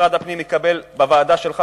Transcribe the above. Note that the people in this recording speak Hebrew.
שמשרד הפנים יקבל בוועדה שלך,